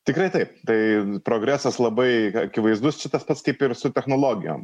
tikrai taip tai progresas labai akivaizdus tas pats kaip ir su technologijom